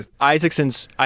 Isaacson's